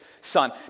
son